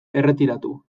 erretiratu